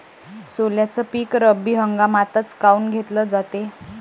सोल्याचं पीक रब्बी हंगामातच काऊन घेतलं जाते?